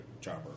chopper